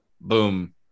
Boom